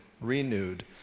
renewed